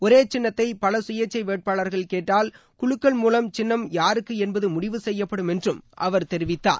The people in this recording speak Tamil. ஒரே சின்னத்தை பல சுயேச்சை வேட்பாளர்கள் கேட்டால் குலுக்கல் மூலம் சின்னம் யாருக்கு என்பது முடிவு செய்யப்படும் என்றும் அவர் தெரிவித்தார்